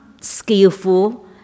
skillful